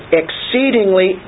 exceedingly